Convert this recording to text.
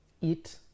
Eat